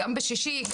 גם בשישי,